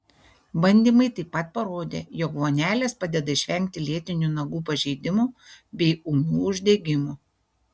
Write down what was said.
bandymai taip pat parodė jog vonelės padeda išvengti lėtinių nagų pažeidimų bei ūmių uždegimų